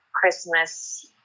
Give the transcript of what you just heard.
Christmas